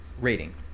rating